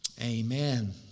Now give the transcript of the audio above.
Amen